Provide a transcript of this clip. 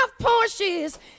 Porsches